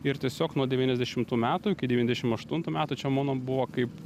ir tiesiog nuo devyniasdešimtų metų iki devyniasdešim aštuntų metų čia mano buvo kaip